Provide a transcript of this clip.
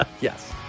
Yes